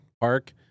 Park